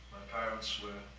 parents were